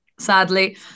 Sadly